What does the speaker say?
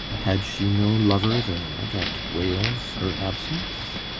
had she no lover there that wails her absence?